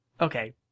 Okay